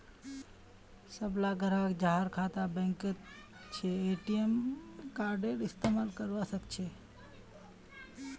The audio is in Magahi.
सबला ग्राहक जहार खाता बैंकत छ ए.टी.एम कार्डेर इस्तमाल करवा सके छे